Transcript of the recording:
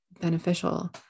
beneficial